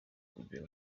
kugira